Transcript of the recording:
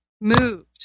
moved